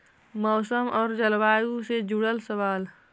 मौसम और जलवायु से जुड़ल सवाल?